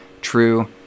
true